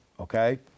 Okay